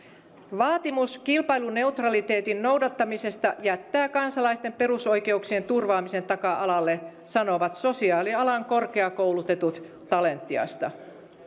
vaatimus kilpailuneutraliteetin noudattamisesta jättää kansalaisten perusoikeuksien turvaamisen taka alalle sanovat sosiaalialan korkeakoulutetut talentiasta